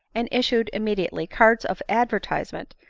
and issued immediately cards of advertisement,